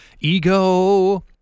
Ego